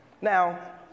Now